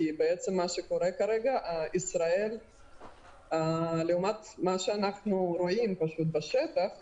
כי בעצם מה שקורה כרגע ממה שאנחנו רואים בשטח,